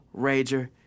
Rager